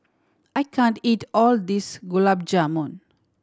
I can't eat all of this Gulab Jamun